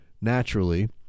naturally